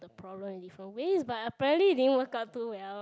the problem in different ways but apparently it didn't work out too well